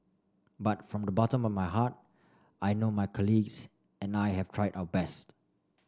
but from the bottom of my heart I know my colleagues and I have tried our best